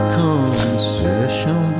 concession